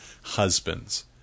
husbands